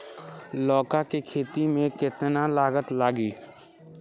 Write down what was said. लौका के खेती में केतना लागत लागी?